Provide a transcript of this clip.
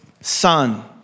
son